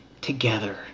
together